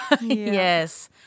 Yes